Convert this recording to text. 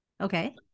Okay